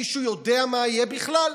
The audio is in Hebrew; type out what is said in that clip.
מישהו יודע מה יהיה בכלל?